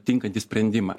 tinkantį sprendimą